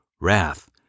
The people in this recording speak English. wrath